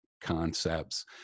concepts